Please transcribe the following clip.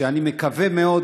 אני מקווה מאוד,